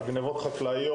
על גניבות חקלאיות,